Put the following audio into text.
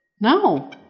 No